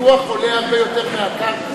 פיתוח עולה הרבה יותר מהקרקע.